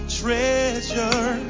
treasure